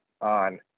on